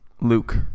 luke